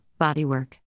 Bodywork